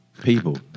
people